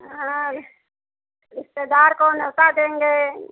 हाँ रिश्तेदार को न्योता देंगे